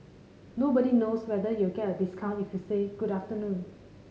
nobody knows whether you'll get a discount if you say good afternoon